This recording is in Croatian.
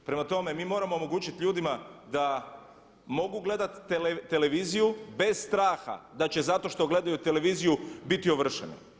Prema tome, mi moramo omogućiti ljudima da mogu gledati televiziju bez straha da će zato što gledaju televiziju biti ovršeni.